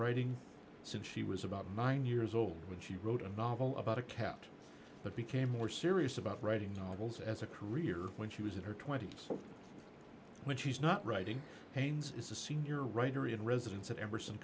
writing since she was about nine years old when she wrote a novel about a cat but became more serious about writing novels as a career when she was in her twenty's when she's not writing haynes is a senior writer in residence at everson